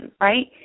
right